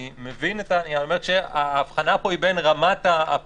אני מבין, האמת שההבחנה פה היא בין רמת הפיקוח.